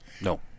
No